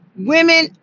Women